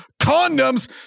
condoms